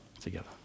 together